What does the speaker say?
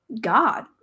God